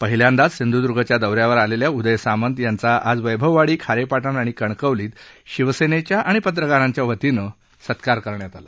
पहिल्यांदाच सिंधुद्र्गच्या दौऱ्यावर आलेल्या उदय सामंत यांचा आज वैभववाडी खारेपाटण आणि कणकवलीत शिवसेनेच्या आणि पत्रकारांच्या वतीनं सत्कार झाला